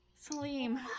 Salim